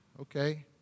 Okay